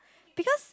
because